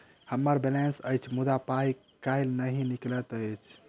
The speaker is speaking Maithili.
हम्मर बैलेंस अछि मुदा पाई केल नहि निकलैत अछि?